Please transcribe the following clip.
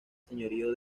señorío